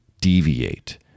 deviate